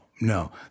No